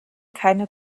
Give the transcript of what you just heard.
keine